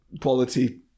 quality